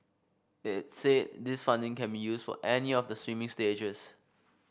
it said this funding can be used for any of the swimming stages